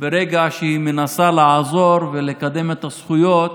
ברגע שהיא מנסה לעזור ולקדם את הזכויות